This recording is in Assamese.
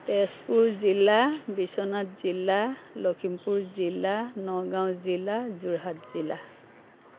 তেজপুৰ জিলা বিশ্বনাথ জিলা লখিমপুৰ জিলা নগাঁও জিলা যোৰহাট জিলা